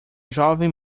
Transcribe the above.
jovem